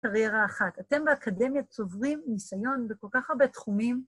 קריירה אחת. אתם באקדמיה צוברים ניסיון בכל כך הרבה תחומים.